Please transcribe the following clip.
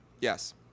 Yes